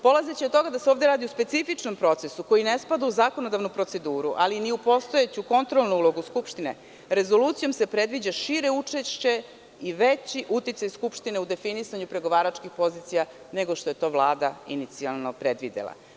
Polazeći od toga da se ovde radi o specifičnom procesu koji ne spada u zakonodavnu proceduru ali ni u postojeću kontrolnu ulogu Skupštine rezolucijom se predviđa šire učešće i veći uticaj Skupštine u definisanju pregovaračkih pozicija nego što je to Vlada inicijalno predvidela.